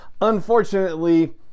Unfortunately